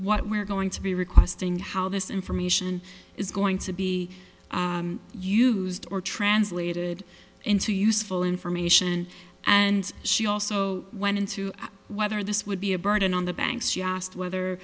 what we're going to be requesting how this information is going to be used or translated into useful information and she also went into whether this would be a burden on the banks she asked whether